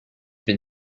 been